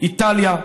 איטליה,